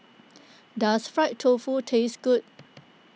does Fried Tofu taste good